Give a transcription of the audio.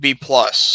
B-plus